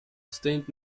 sustained